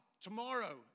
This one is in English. tomorrow